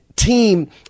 team